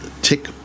tick